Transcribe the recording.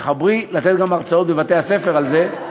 תתחברי לתת גם הרצאות בבתי-הספר על זה.